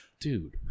Dude